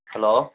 hello